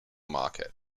market